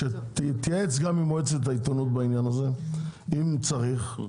שתתייעץ גם עם מועצת העיתונות בעניין הזה אם צריך.